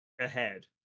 ahead